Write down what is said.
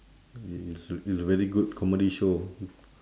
it's it's a very good comedy show